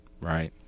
right